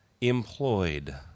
employed